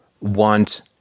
want